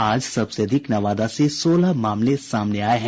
आज सबसे अधिक नवादा से सोलह मामले सामने आये हैं